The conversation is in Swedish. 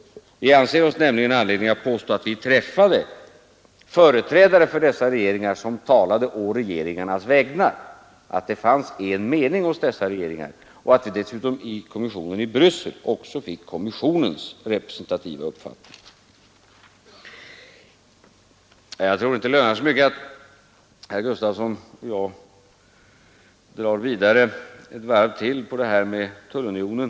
Vi anser oss nämligen ha anledning påstå att vi träffade företrädare för dessa regeringar — som talade å regeringarnas vägnar —, att det fanns en mening hos dessa regeringar och att vi dessutom hos kommissionen i Bryssel fick del av kommissionens representativa uppfattning. Jag tror inte det lönar sig mycket att herr Gustafson i Göteborg och jag drar ett varv till när det gäller frågan om tullunionen.